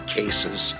cases